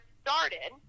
started